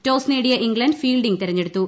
toss നേടിയ England fielding തെരഞ്ഞെട്ടുത്തു